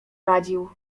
radził